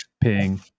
Ping